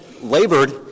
labored